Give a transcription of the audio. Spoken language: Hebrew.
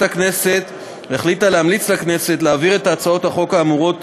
הכנסת החליטה להמליץ לכנסת להעביר את הצעות החוק האמורות